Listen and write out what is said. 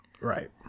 Right